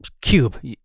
Cube